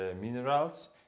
minerals